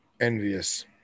Envious